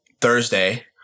Thursday